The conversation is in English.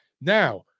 Now